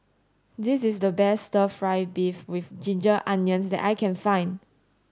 this is the best stir fry beef with ginger onion that I can find